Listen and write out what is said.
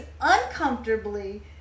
uncomfortably